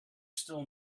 still